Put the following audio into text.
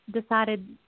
decided –